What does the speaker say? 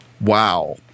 wow